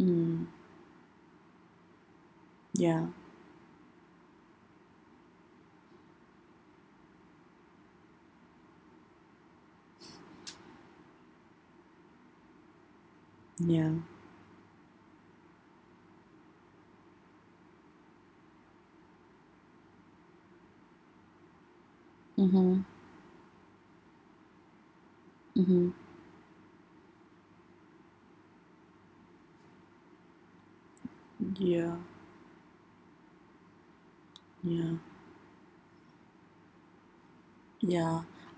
mm ya ya mmhmm mmhmm ya ya ya I